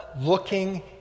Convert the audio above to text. looking